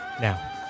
Now